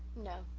no,